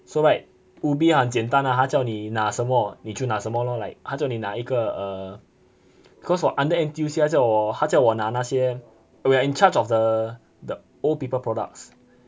so right ubi 很简单 ah 他叫你拿什么你就拿什么 lor like 它叫你拿一个 err cause for under N_T_U_C 他叫我它叫我拿那些 we are in charge of the the old people products